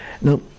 Now